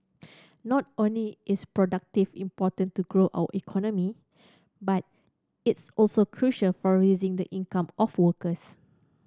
not only is productive important to grow our economy but it's also crucial for raising the income of workers